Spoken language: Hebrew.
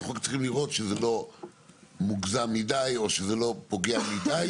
אנחנו צריכים לראות שזה לא מוגזם מידי או שזה לא פוגע מידי.